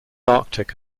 arctic